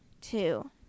two